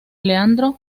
leandro